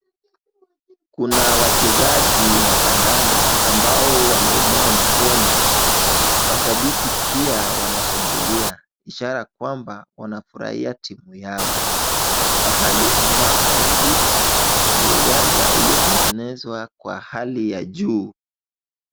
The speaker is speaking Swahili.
Kuna wachezaji wa kadada ambao wameinua mkono. Washambiki pia wanashangilia ishara kwamba wanafurahia timu yao. Pahali ambako waliko ni uwanja uliotegenezwa kwa hali ya juu.